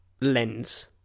lens